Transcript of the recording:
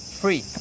free